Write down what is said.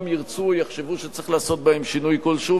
ירצו או יחשבו שצריך לעשות בהם שינוי כלשהו.